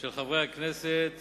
של חברי הכנסת